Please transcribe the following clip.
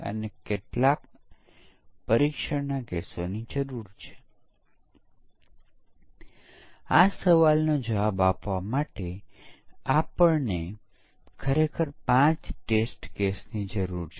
i અને j બે જુદા જુદા ચલો છે i ને પસાર કરવાને બદલે j પસાર થઈ રહ્યો છે